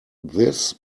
this